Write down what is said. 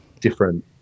different